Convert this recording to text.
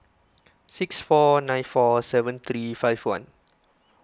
six four nine four seven three five one